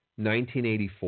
1984